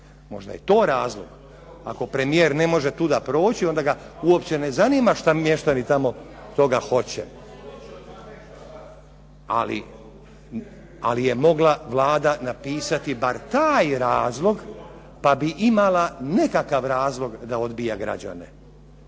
možda je to razlog. Ako premijer ne može tuda proći onda ga uopće ne zanima šta mještani tamo toga hoće. Ali je mogla Vlada napisati bar taj razlog pa bi imala nekakav razlog da odbija građane.